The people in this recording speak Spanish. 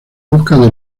busca